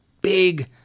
big